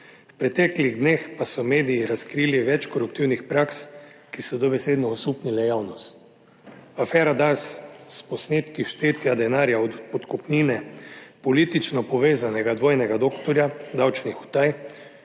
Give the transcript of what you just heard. V preteklih dneh pa so mediji razkrili več koruptivnih praks, ki so dobesedno osupnile javnost. Afera Dars s posnetki štetja denarja od podkupnine politično povezanega dvojnega doktorja davčnih utaj